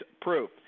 proof